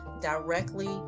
directly